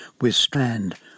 withstand